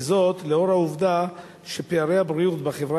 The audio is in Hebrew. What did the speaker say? וזאת לאור העובדה שפערי הבריאות בחברה